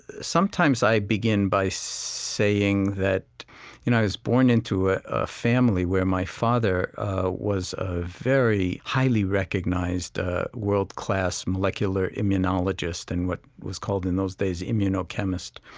sometimes i begin by saying that i was born into ah ah family where my father was a very highly recognized world-class molecular immunologist, and what was called in those days immunochemist,